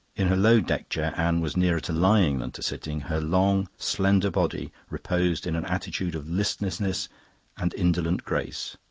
in her low deck-chair anne was nearer to lying than to sitting. her long, slender body reposed in an attitude of listless and indolent grace.